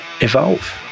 Evolve